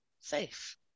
Safe